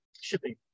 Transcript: shipping